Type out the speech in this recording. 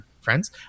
friends